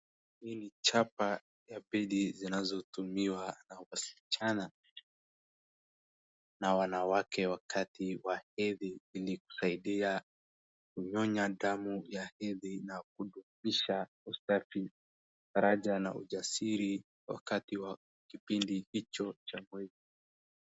Hii ni chapa ya pedi zinazotumiwa na wasichana na wanawake wakati wa hedhi ilikusaidia kunyonya damu ya hedhi na kudumisha usafi, faraja na ujasili wakati wa kipindi hicho cha.